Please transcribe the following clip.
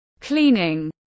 cleaning